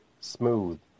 smooth